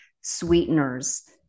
Sweeteners